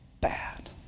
bad